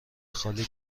خالی